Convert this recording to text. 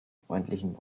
freundlichen